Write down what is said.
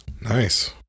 Nice